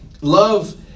Love